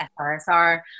FRSR